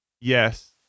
Yes